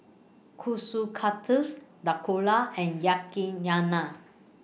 Kushikatsu Dhokla and Yakizakana